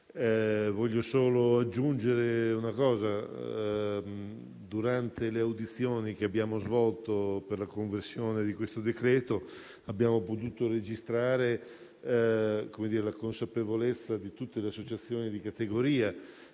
Voglio solo aggiungere una considerazione: durante le audizioni che abbiamo svolto per la conversione di questo decreto-legge abbiamo potuto registrare la consapevolezza di tutte le associazioni di categoria,